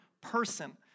person